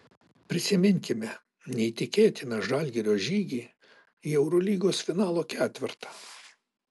prisiminkime neįtikėtiną žalgirio žygį į eurolygos finalo ketvertą